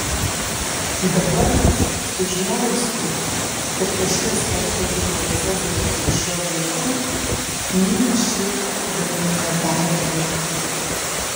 dabar sužinojusi kad kažkas slapta jungia cezarį su šiuo vaiku myliu šį berniuką dar labiau